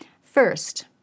First